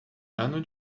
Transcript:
ano